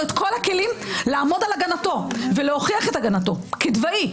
את כל הכלים לעמוד על הגנתו ולהוכיח את הגנתו כדבעי,